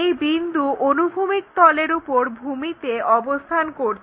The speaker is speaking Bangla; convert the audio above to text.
এই বিন্দু অনুভূমিক তলের উপর ভূমিতে অবস্থান করছে